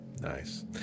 Nice